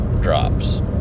drops